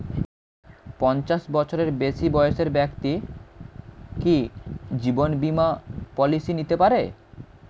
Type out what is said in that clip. পঞ্চাশ বছরের বেশি বয়সের ব্যক্তি কি জীবন বীমা পলিসি নিতে পারে?